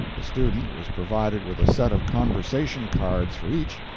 the student was provided with a set of conversation cards for each,